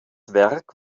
werk